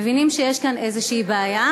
מבינים שיש כאן איזו בעיה,